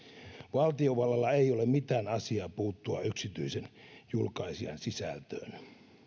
valtiovallalla ei ole mitään asiaa puuttua yksityisen julkaisijan sisältöön